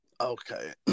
Okay